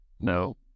no